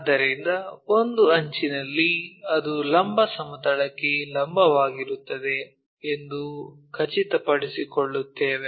ಆದ್ದರಿಂದ ಒಂದು ಅಂಚಿನಲ್ಲಿ ಅದು ಲಂಬ ಸಮತಲಕ್ಕೆ ಲಂಬವಾಗಿರುತ್ತದೆ ಎಂದು ಖಚಿತಪಡಿಸಿಕೊಳ್ಳುತ್ತೇವೆ